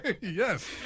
yes